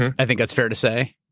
and i think that's fair to say.